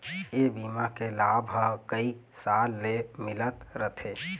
ए बीमा के लाभ ह कइ साल ले मिलत रथे